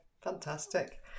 fantastic